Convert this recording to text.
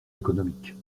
économique